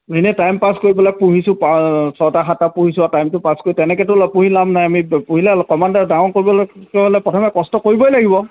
এনে time pass কৰিবলৈ পুহিছোঁ ছয়টা সাতটা পুহিছোঁ আৰু টাইমটো পাছ কৰি তেনেকেতো পুহি লাভ নাই আমি পুহিলে অকণমান ডাঙৰ কৰিবলৈ হ'লে প্ৰথমে কষ্ট কৰিবই লাগিব